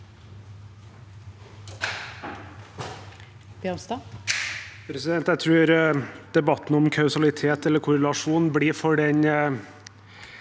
Jeg tror debatten om kausalitet eller korrelasjon blir for den